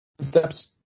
steps